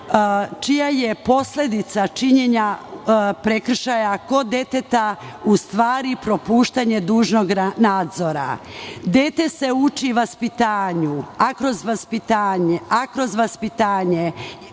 čija je posledica činjenja prekršaja kod deteta u stvari propuštanje dužnog nadzora. Dete se uči vaspitanju, a kroz vaspitanje i ponašanju,